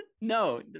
No